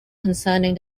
concerning